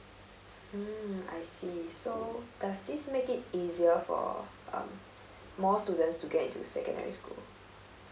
mm I see so does this make it easier for um more students to get into secondary school